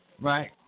Right